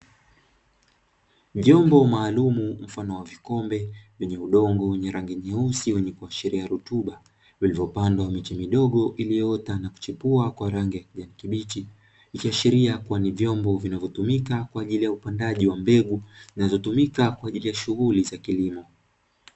Vyombo maalumu mfano wa vikombe vyenye udongo wenye rangi nyeusi wenye kuashiria rutuba vilivopandwa miche midogo, iliyoota na kuchipua kwa rangi ya kijani kibichi, ikiashiria kuwa ni vyombo vinavyotumika kwa ajili ya upandaji wa mbegu zinazotumika kwa ajili ya shughuli za kilimo.